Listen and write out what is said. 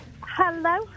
Hello